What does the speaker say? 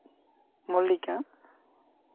ᱢᱚᱞᱞᱤᱠᱟ